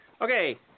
Okay